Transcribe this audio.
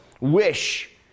wish